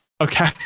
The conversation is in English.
Okay